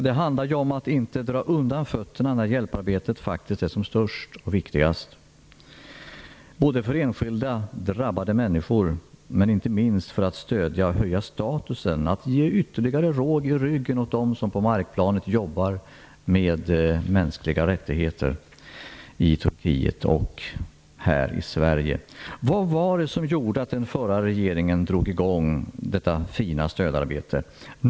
Det handlar ju om att inte dra undan fötterna när hjälparbetet faktiskt är som störst och viktigast både för enskilda drabbade människor och, inte minst, för att stödja och höja statusen. Det gäller att de som i Turkiet och här i Sverige på markplanet jobbar med mänskliga rättigheter får ytterligare råg i ryggen. Vad var det som gjorde att förra regeringen drog i gång detta fina stödarbete?